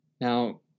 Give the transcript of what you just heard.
Now